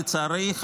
לצערי,